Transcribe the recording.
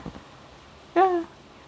yeah